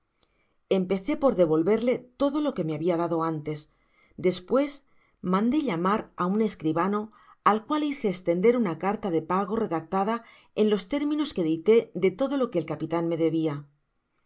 empecé por devolverle todo lo qume habia dado antes despues mandé llamar á un escribano al cual hice estender una carta de pago redactada en los términos que dicté de todo lo que el capitan me debia en